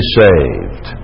saved